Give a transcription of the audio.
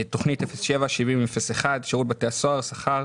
תוכנית 07-70-01 שירות בתי הסוהר שכר,